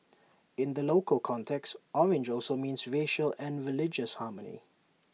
in the local context orange also means racial and religious harmony